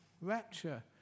rapture